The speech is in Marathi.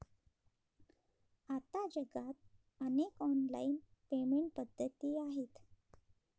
आता जगात अनेक ऑनलाइन पेमेंट पद्धती आहेत